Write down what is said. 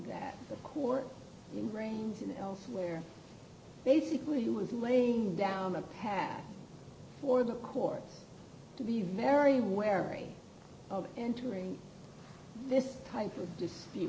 that the court reins in elsewhere basically who is laying down a path for the court to be very wary of entering this type of dispute